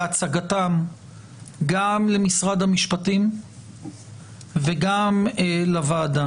והצגתם גם למשרד המשפטים וגם לוועדה.